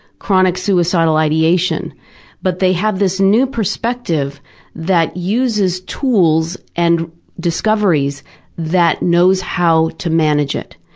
chronic suicidal ideation but they have this new perspective that uses tools and discoveries that knows how to manage it,